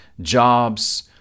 jobs